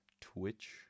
Twitch